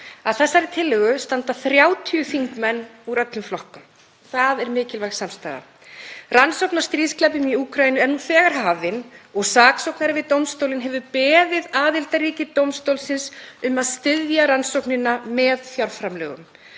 Að þessari tillögu standa 30 þingmenn úr öllum flokkum. Það er mikilvæg samstaða. Rannsókn á stríðsglæpum í Úkraínu er nú þegar hafin og saksóknari við dómstólinn hefur beðið aðildarríki dómstólsins um að styðja rannsóknina með fjárframlögum.